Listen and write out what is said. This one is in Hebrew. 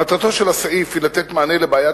מטרתו של הסעיף היא לתת מענה לבעיית